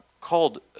called